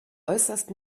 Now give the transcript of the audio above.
äußerst